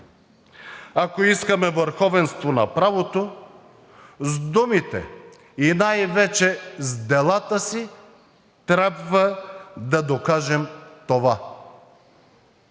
Ако искаме върховенство на правото, с думите, и най-вече с делата си, трябва да докажем това.